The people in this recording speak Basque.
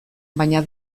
baina